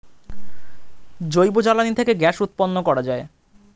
জৈব জ্বালানি থেকে গ্যাস উৎপন্ন করা যায়